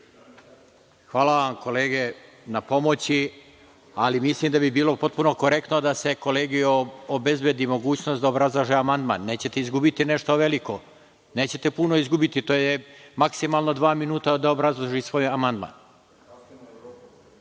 ….Hvala vam kolege na pomoći, ali mislim da bi bilo potpuno korektno da se kolegi obezbedi mogućnost da obrazlaže amandman. Nećete izgubiti nešto veliko, nećete puno izgubiti. To je maksimalno dva minuta da obrazloži svoj amandman.